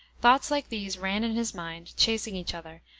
thoughts like these ran in his mind, chasing each other,